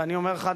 ואני אומר לך,